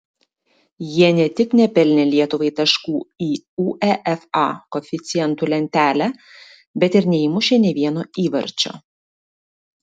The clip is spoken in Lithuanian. jie ne tik nepelnė lietuvai taškų į uefa koeficientų lentelę bet ir neįmušė nė vieno įvarčio